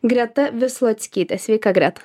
greta vislackytė sveika greta